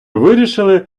вирішили